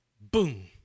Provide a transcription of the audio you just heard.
Boom